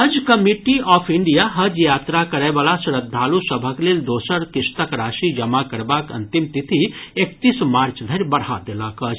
हज committee of India हज यात्रा करय वला श्रद्वालु सभक लेल दोसर किस्तक राशि जमा करबाक अंतिम तिथि एकतीस मार्च धरि बढ़ा देलक अछि